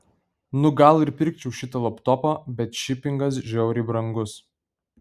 nu gal ir pirkčiau šitą laptopą bet šipingas žiauriai brangus